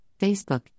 Facebook